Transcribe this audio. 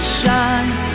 shine